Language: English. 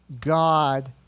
God